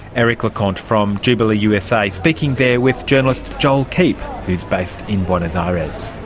eric lecompte from jubilee usa, speaking there with journalist joel keep who is based in buenos ah aries